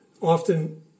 Often